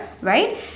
right